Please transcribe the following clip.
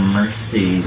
mercy